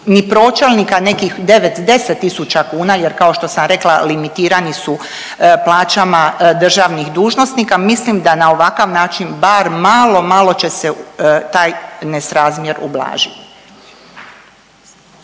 ni pročelnika nekih 9-10 tisuća kuna jer kao što sam rekla limitirani su plaćama državnih dužnosnika. Mislim da na ovakav način bar malo, malo će se taj nesrazmjer ublažit.